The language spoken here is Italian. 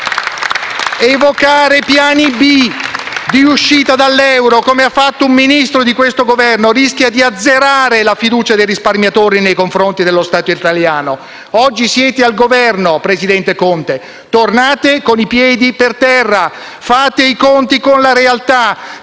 Evocare piani B di uscita dall'euro, come ha fatto un Ministro di questo Governo, rischia di azzerare la fiducia dei risparmiatori nei confronti dello Stato italiano. Oggi siete al Governo, presidente Conte. Tornate con i piedi per terra. Fate i conti con la realtà,